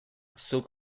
zuk